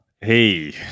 Hey